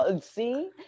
See